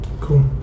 cool